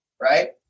right